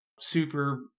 Super